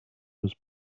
was